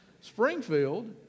Springfield